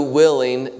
willing